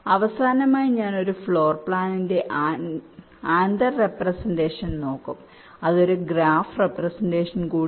അവസാനമായി ഞാൻ ഒരു ഫ്ലോർ പ്ലാനിന്റെ ആന്തർ റെപ്രെസെന്റഷൻ നോക്കും അത് ഒരു ഗ്രാഫ് റെപ്രെസെന്റഷൻ കൂടിയാണ്